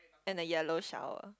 and a yellow shower